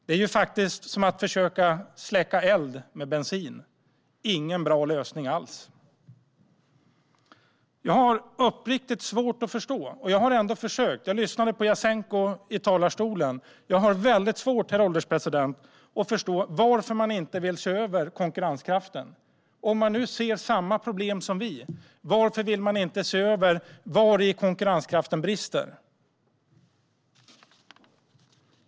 Det är som att försöka släcka eld med bensin - ingen bra lösning alls. Jag har väldigt svårt att förstå varför man inte vill se över konkurrenskraften. Jag har ändå försökt; jag lyssnade på Jasenko när han stod i talarstolen. Om man ser samma problem som vi gör, varför vill man inte se över vari konkurrenskraften brister?